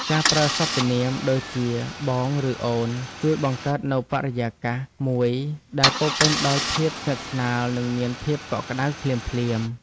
ការប្រើសព្វនាមដូចជាបងឬអូនជួយបង្កើតនូវបរិយាកាសមួយដែលពោរពេញដោយភាពស្និទ្ធស្នាលនិងមានភាពកក់ក្តៅភ្លាមៗ។